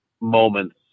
moments